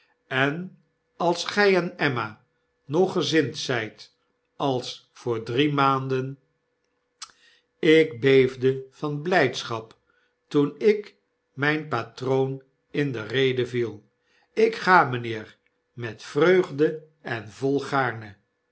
en als gy enemmanoggezind zijt als voor drie maanden ik beefde van blydschap toen ik myn patroon in de rede viel lk ga mynheer met vreugde en volgaarne